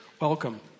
welcome